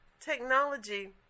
technology